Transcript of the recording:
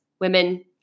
women –